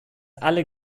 alle